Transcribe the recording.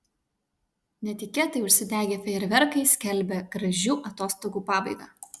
netikėtai užsidegę fejerverkai skelbia gražių atostogų pabaigą